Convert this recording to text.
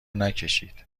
نکشید